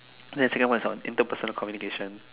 then the second one is what interpersonal communication